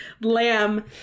Lamb